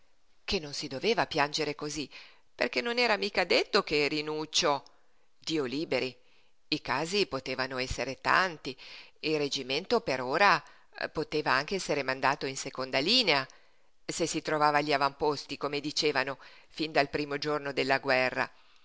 che non si doveva piangere cosí perché non era mica detto che rinuccio dio liberi i casi potevano esser tanti il reggimento per ora poteva anche esser mandato in seconda linea se si trovava agli avamposti come dicevano fin dal primo giorno della guerra